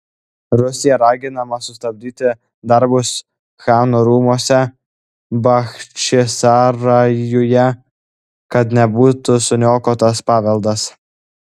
rusija raginama sustabdyti darbus chano rūmuose bachčisarajuje kad nebūtų suniokotas paveldas